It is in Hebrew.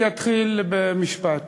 אני אתחיל במשפט: